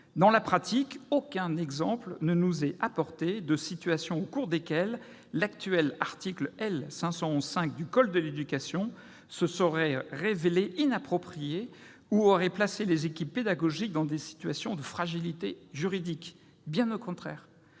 Dans la pratique, aucun exemple ne nous est rapporté de situations dans lesquelles l'actuel dispositif de l'article L. 511-5 du code de l'éducation se serait révélé inapproprié ou aurait placé les équipes pédagogiques dans des situations de fragilité juridique. Bien au contraire,